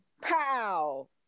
pow